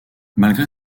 malgré